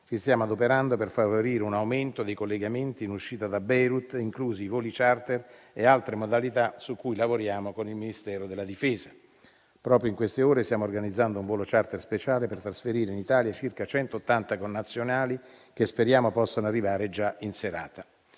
ci stiamo adoperando per favorire un aumento dei collegamenti in uscita da Beirut, inclusi i voli *charter* e altre modalità su cui lavoriamo con il Ministero della difesa. Proprio in queste ore stiamo organizzando un volo *charter* speciale per trasferire in Italia circa 180 connazionali, che speriamo possano arrivare già in serata.